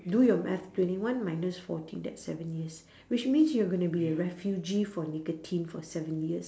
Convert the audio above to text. do your math twenty one minus fourteen that's seven years which means you are going to be a refugee for nicotine for seven years